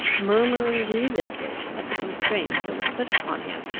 murmuring grievously at the constraint that was put upon him,